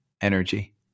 energy